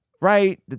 right